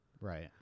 right